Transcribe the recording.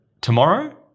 tomorrow